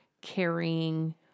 carrying